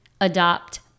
adopt